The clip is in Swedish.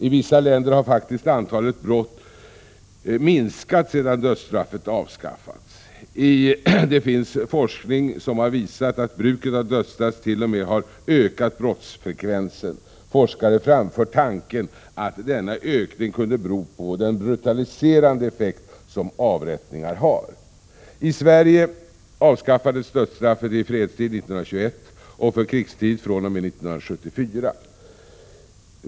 I vissa länder har faktiskt antalet brott minskat sedan dödsstraffet avskaffats. Det finns forskning som har visat att bruket av dödsstraff t.o.m. har ökat brottsfrekvensen. Forskare framför tanken att denna ökning kunde bero på den brutaliserande effekt som avrättningar har. I Sverige avskaffades dödsstraffet i fredstid 1921 och för krigstid 1973.